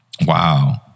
Wow